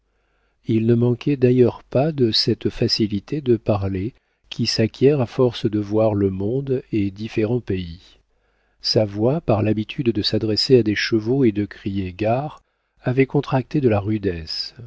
il ne manquait d'ailleurs pas de cette facilité de parler qui s'acquiert à force de voir le monde et différents pays sa voix par l'habitude de s'adresser à des chevaux et de crier gare avait contracté de la rudesse